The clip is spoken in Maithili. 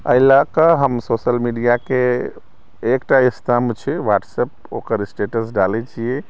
एहि लकऽ हम सोशल मीडियाके एकटा स्तम्भ छै ह्वाटसएप ओकर स्टैटस डालै छियै